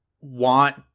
want